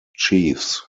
chiefs